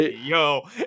yo